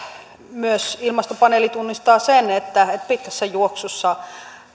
myös ilmastopaneeli tunnistaa sen että pitkässä juoksussa